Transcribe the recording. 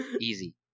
easy